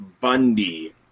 Bundy